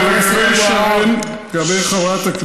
לגבי הגמל, לגבי הגמל.